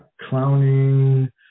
clowning